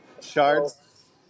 Shards